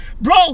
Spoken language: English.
Bro